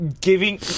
giving